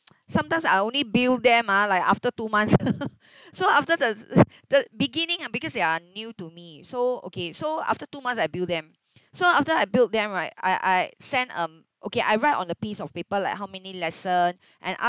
sometimes I only bill them ah like after two months so after the s~ the beginning ah because they are are new to me so okay so after two months I bill them so after I billed them right I I send um okay I write on a piece of paper like how many lesson and